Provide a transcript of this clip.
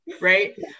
right